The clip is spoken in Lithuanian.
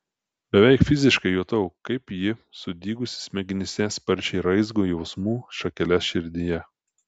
beveik fiziškai jutau kaip ji sudygusi smegenyse sparčiai raizgo jausmų šakeles širdyje